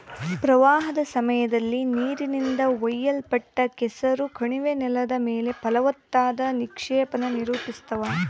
ಪ್ರವಾಹದ ಸಮಯದಲ್ಲಿ ನೀರಿನಿಂದ ಒಯ್ಯಲ್ಪಟ್ಟ ಕೆಸರು ಕಣಿವೆ ನೆಲದ ಮೇಲೆ ಫಲವತ್ತಾದ ನಿಕ್ಷೇಪಾನ ರೂಪಿಸ್ತವ